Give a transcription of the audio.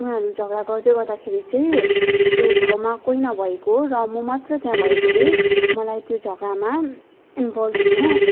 उनीहरू झगडा गर्दै गर्दाखेरि चाहिँ छेउ छाउमा कोही नभएको र म मात्र त्यहाँ भएकोले मलाई त्यो झगडामा इन्भल्भ हुनु